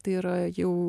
tai yra jau